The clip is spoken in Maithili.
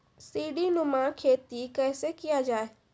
सीडीनुमा खेती कैसे किया जाय?